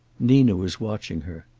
nina was watching her.